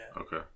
okay